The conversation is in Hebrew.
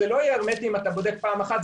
זה לא יהיה הרמטי אם אתה בודק פעם אחת,